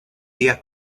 días